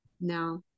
No